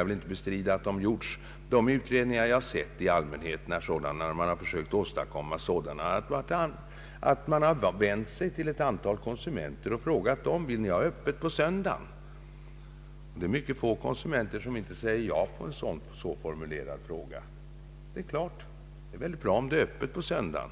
Jag vill inte bestrida att de har gjorts, men de utredningar jag har sett har i allmänhet gått till så att man vänt sig till ett antal konsumenter och frågat dem: Vill ni ha öppet på söndagar? Det är mycket få konsumenter som inte svarar ja på en så formulerad fråga. Det är väldigt bra om det är öppet på söndagen